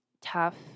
tough